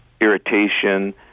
irritation